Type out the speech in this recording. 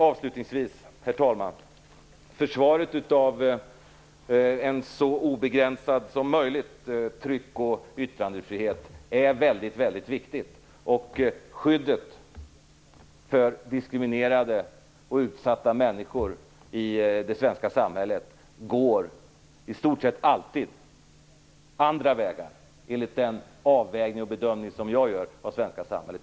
Avslutningsvis, herr talman: Försvaret av en tryckoch yttrandefrihet som är så obegränsad som möjligt är väldigt viktigt, och skyddet för diskriminerade och utsatta människor i det svenska samhället går i stort sett alltid andra vägar enligt den bedömning som jag gör av det svenska samhället.